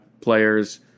players